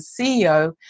CEO